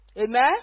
Amen